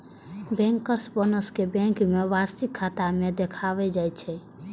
bankers bonus कें bank के वार्षिक खाता मे देखाएल जाइ छै